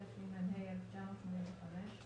התשמ"ה-1985,